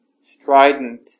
strident